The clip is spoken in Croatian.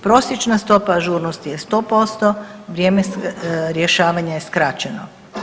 Prosječna stopa ažurnosti je 100%, vrijeme rješavanja je skraćeno.